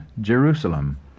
Jerusalem